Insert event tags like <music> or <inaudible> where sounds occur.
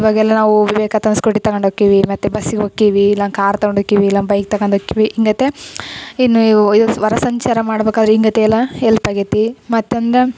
ಇವಾಗೆಲ್ಲ ನಾವು <unintelligible> ಸ್ಕೂಟಿ ತಗೊಂಡು ಹೋಕ್ಕೀವಿ ಮತ್ತೆ ಬಸ್ಸಿಗೆ ಹೋಕೀವಿ ಇಲ್ಲ ಕಾರ್ ತಗಂಡು ಹೋಕೀವಿ ಇಲ್ಲ ಬೈಕ್ ತಗಂಡ್ ಹೋಕೀವಿ ಹಿಂಗೈತೆ ಇನ್ನು ಇವು ಇದು ಹೊರ ಸಂಚಾರ ಮಾಡ್ಬೇಕಾರೆ ಹಿಂಗೈತೆ ಎಲ್ಲ ಹೆಲ್ಪ್ ಆಗೈತೆ ಮತ್ತೊಂದು